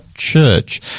Church